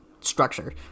structure